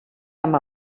amb